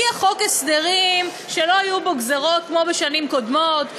הגיע חוק הסדרים שלא היו בו גזירות כמו בשנים קודמות,